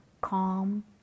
calm